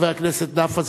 חבר הכנסת נפאע,